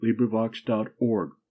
LibriVox.org